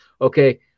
Okay